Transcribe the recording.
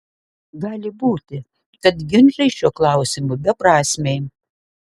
gali būti kad ginčai šiuo klausimu beprasmiai